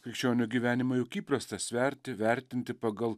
krikščionio gyvenimą juk įprasta sverti vertinti pagal